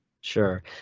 Sure